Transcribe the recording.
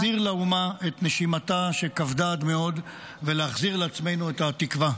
-- להחזיר לאומה את נשימתה שכבדה עד מאוד ולהחזיר לעצמנו את התקווה.